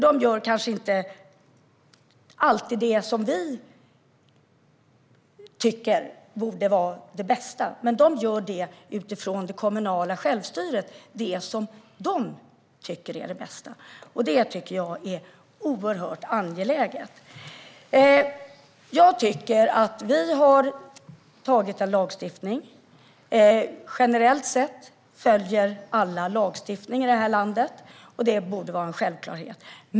De gör kanske inte alltid det som vi tycker borde vara det bästa. Men de gör utifrån det kommunala självstyret det som de tycker är det bästa. Det är oerhört angeläget. Vi har antagit en lagstiftning. Generellt sett följer alla lagstiftningen i detta land. Det borde vara en självklarhet.